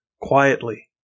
quietly